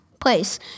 place